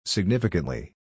Significantly